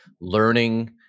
learning